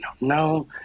no